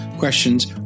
Questions